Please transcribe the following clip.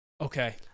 Okay